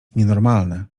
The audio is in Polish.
nienormalne